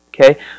Okay